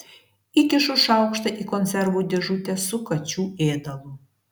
įkišu šaukštą į konservų dėžutę su kačių ėdalu